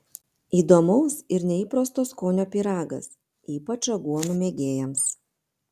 įdomaus ir neįprasto skonio pyragas ypač aguonų mėgėjams